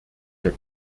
der